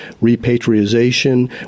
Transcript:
repatriation